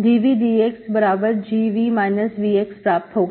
dVdxgV Vx प्राप्त होगा